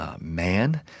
man